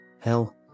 Hell